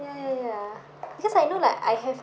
ya ya ya because I know like I have